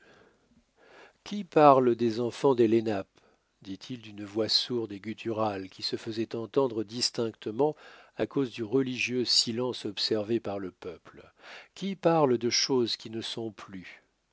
qui parle des enfants des lenapes dit-il d'une voix sourde et gutturale qui se faisait entendre distinctement à cause du religieux silence observé par le peuple qui parle de choses qui ne sont plus